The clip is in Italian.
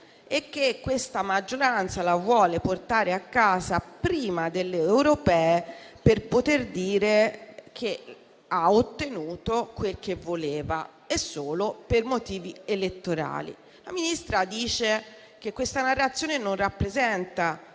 che la maggioranza la vuole portare a casa prima delle europee per poter dire di aver ottenuto quel che voleva e solo per motivi elettorali. La Ministra dice che questa narrazione non rappresenta